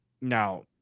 Now